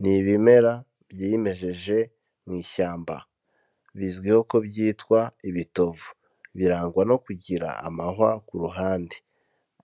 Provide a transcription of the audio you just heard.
Ni ibimera byimejeje mu ishyamba, bizwiho ko byitwa ibitovu, birangwa no kugira amahwa ku ruhande,